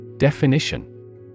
Definition